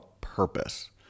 purpose